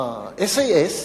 ה-SAS,